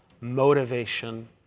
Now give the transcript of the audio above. motivation